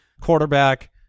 quarterback